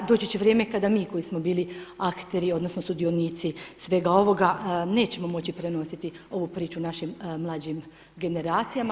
Doći će vrijeme kada mi koji smo bili akteri odnosno sudionici svega ovoga nećemo moći prenositi ovu priču našim mlađim generacijama.